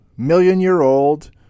million-year-old